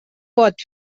pot